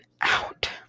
out